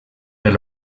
per